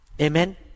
Amen